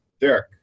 Derek